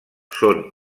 són